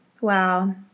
Wow